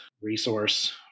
resource